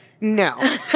No